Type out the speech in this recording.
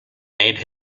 made